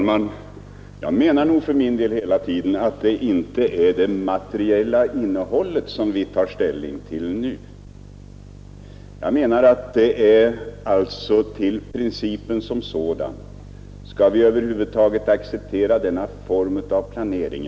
Herr talman! Jag menar hela tiden att det inte är det materiella innehållet som vi tar ställning till nu, utan det är alltså till principen som sådan — skall vi över huvud taget acceptera denna form av planering?